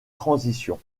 transition